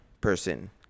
person